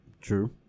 True